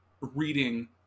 reading